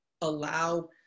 allow